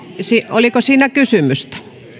oliko siinä kysymystä